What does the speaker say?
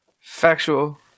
factual